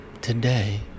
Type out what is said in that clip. today